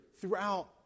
throughout